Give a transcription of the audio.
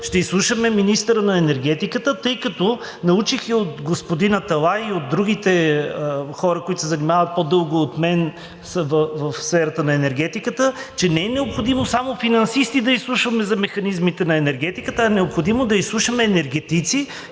ще изслушаме министъра на енергетиката, тъй като научих – и от господин Аталай, и от другите хора, които се занимават, по-дълго от мен са в сферата на енергетиката, че не е необходимо само финансисти да изслушваме за механизмите на енергетиката, а е необходимо да изслушаме енергетици,